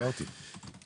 ראיתי את זה,